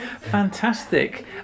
fantastic